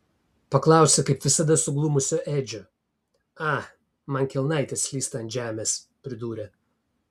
paklausė kaip visada suglumusio edžio a man kelnaitės slysta ant žemės pridūrė